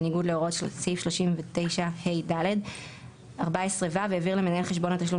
בניגוד להוראות סעיף 39ה(ד); (14ו) העביר למנהל חשבון התשלום